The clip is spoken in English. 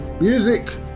Music